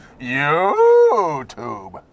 YouTube